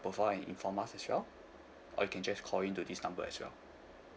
profile and inform us as well or you can just call in to this number as well